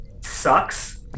sucks